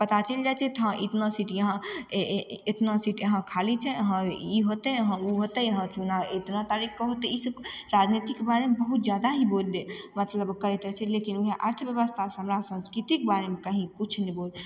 पता चलि जाइ छै हँ इतना सीट यहाँ इतना सीट यहाँ खाली छै हँ ई होतय हँ उ होतय हँ चुनाव इतना तारीखके होतय ई सभ राजनीतिकके बारेमे बहुत जादा ही बोलि दै मतलब करैत रहय छै लेकिन वएह अर्थव्यवस्था समाज संस्कृतिके बारेमे कहीँ किछु नहि